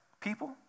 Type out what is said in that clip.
people